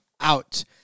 out